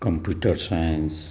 computer science